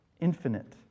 Infinite